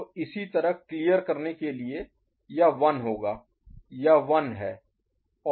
तो इसी तरह क्लियर करने के लिए यह 1 होगा यह 1 है और यह 0 है